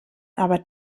aber